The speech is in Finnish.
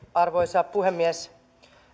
arvoisa puhemies